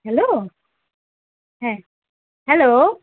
hello হ্যাঁ hello